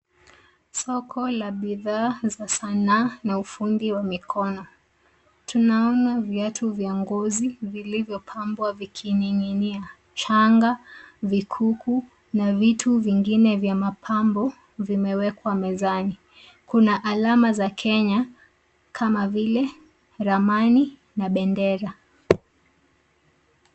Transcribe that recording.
Soko la bidhaa za sanaa na ufundi wa mikono. Tunaona viatu vya ngozi vilivyopangwa vikining'inia. Shanga, vikuku na vitu vingine vya mapambo vimewekwa mezani. Kuna alama za Kenya kama vile ramani na bendera.